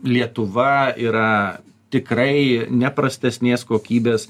lietuva yra tikrai ne prastesnės kokybės